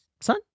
son